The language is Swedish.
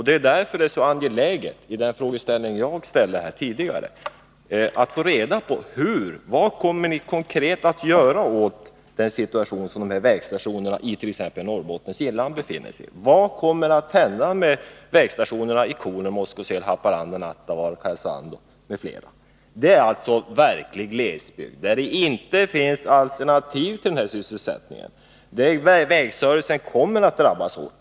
Det är därför som det är så angeläget att få svar på de frågor som jag ställde här tidigare: Vad kommer ni konkret att göra åt den situation som dessa vägstationer i t.ex. Norrbottens inland befinner sig i? Vad kommer att hända med vägstationerna i Koler, Moskosel, Haparanda, Nattavaara, Karesuando m.fl. orter? Det är alltså verklig glesbygd, där det inte finns alternativ till denna sysselsättning. Vägservicen kommer att drabbas hårt.